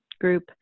group